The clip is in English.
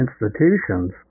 institutions